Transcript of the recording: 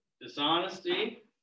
Dishonesty